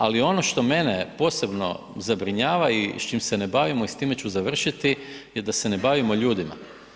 Ali ono što mene posebno zabrinjava i s čime se ne bavimo i s time ću završiti je da se ne bavimo ljudima.